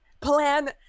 plan